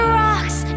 rocks